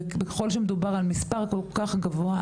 וככל שמדובר על מספר כל כך גבוה,